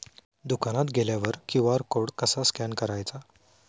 दुकानात गेल्यावर QR code कसा स्कॅन करायचा?